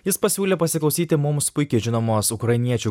jis pasiūlė pasiklausyti mums puikiai žinomos ukrainiečių